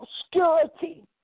obscurity